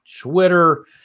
Twitter